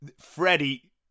Freddie